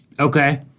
Okay